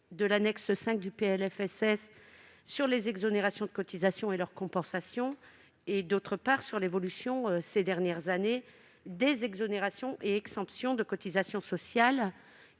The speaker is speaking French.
sociale (PLFSS) sur les exonérations de cotisations et leur compensation et, d'autre part, sur l'évolution ces dernières années des exonérations et exemptions de cotisations sociales.